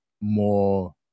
more